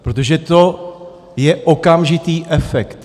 Protože to je okamžitý efekt.